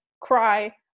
cry